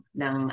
ng